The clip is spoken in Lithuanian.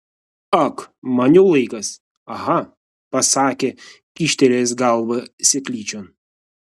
ag man jau laikas aha pasakė kyštelėjęs galvą seklyčion